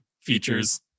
features